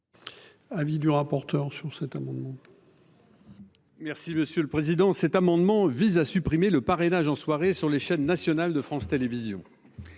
Avis du rapporteur sur cet amendement.